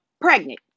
pregnant